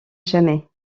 jamais